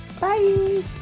Bye